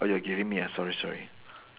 oh you are giving me ah sorry sorry